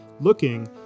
looking